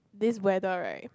this weather right